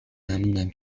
ممنونم